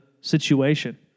situation